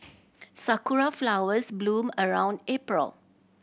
sakura flowers bloom around April